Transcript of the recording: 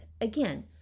Again